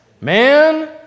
man